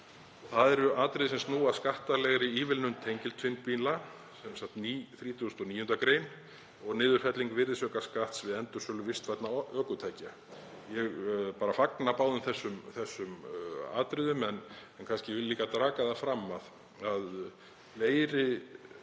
Það eru atriði sem snúa að skattalegri ívilnun tengiltvinnbíla, sem sagt 39. gr., og niðurfellingu virðisaukaskatts við endursölu vistvænna ökutækja. Ég fagna báðum þessum atriðum en vil líka draga fram að fleiri greinum